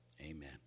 Amen